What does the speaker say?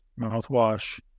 mouthwash